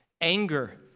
anger